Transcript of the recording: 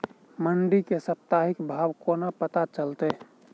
मंडी केँ साप्ताहिक भाव कोना पत्ता चलतै?